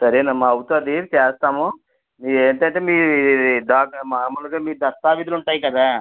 సరేనమ్మ అవుతుంది చేస్తాము ఏంటంటే మీ ద మాములుగా మీ దస్తవీజులు ఉంటాయి కదా